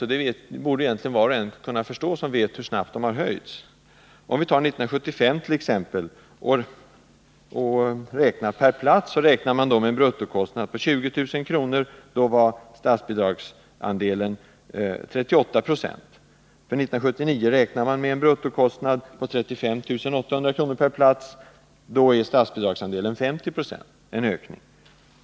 Och det borde egentligen var och en kunna förstå som vet hur snabbt bidragen har höjts. Om vi tar 1975, kan vi se att man per plats räknade med en bruttokostnad av 20000 kr., och statsbidragsandelen var 38 96. För 1979 räknar man med en bruttokostnad av 35 800 kr. per plats, och nu är statsbidragsandelen 50 96 — alltså en ökning.